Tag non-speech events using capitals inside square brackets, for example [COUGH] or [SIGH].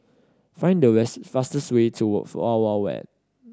find the west fastest way to [UNINTELLIGIBLE] Wild Wild Wet